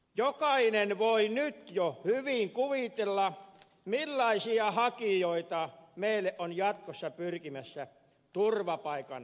jokainen voi nyt jo hyvin kuvitella millaisia hakijoita meille on jatkossa pyrkimässä turvapaikanhakijoiksi